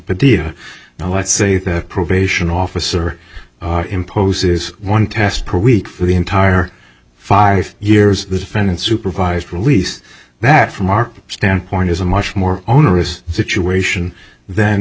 the dia now let's say that probation officer imposes one test per week for the entire five years the defendant supervised release that from our standpoint is a much more onerous situation th